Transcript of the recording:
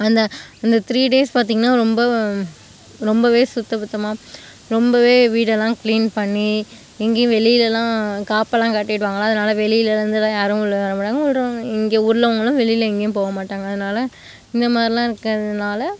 அந்த அந்த த்ரீடேஸ் பார்த்திங்கன்னா ரொம்ப ரொம்பவே சுத்த பத்தமாக ரொம்பவே வீடெல்லாம் க்ளீன் பண்ணி எங்கேயும் வெளிலலான் காப்பல்லாம் கட்டிவிடுவாங்களா அதனால் வெளியிலருந்துலான் யாரும் உள்ளே வரமாட்டாங்க உள்ற இங்கே உள்ளவங்களும் வெளியில எங்கேயும் போகமாட்டாங்க அதனால் இந்த மாதிரிலாம் இருக்கிறதுனால